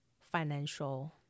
financial